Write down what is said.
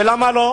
ולמה לא?